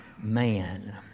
man